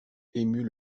émus